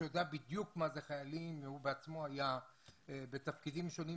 שיודע בדיוק מה זה חיילים והוא בעצמו היה בתפקידים שונים